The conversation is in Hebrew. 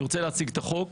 אני רוצה להציג את החוק.